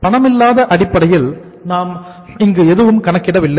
பணமில்லாத அடிப்படையில் நாம் இங்கு எதுவும் கணக்கிட வில்லை